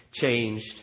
changed